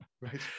Right